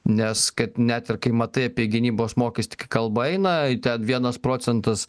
nes kad net ir kai matai apie gynybos mokestį kai kalba eina ten vienas procentas